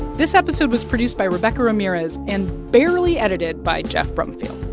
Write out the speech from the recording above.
this episode was produced by rebecca ramirez and barely edited by geoff brumfiel.